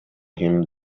him